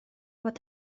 fod